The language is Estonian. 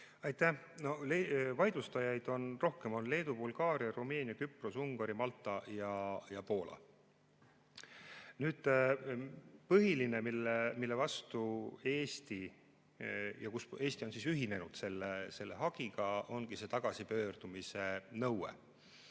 Aitäh! Vaidlustajaid on rohkem: Leedu, Bulgaaria, Rumeenia, Küpros, Ungari, Malta ja Poola. Põhiline, mille vastu Eesti on ja millises osas Eesti on ühinenud selle hagiga, ongi see tagasipöördumise nõue.